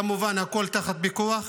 כמובן, הכול תחת פיקוח,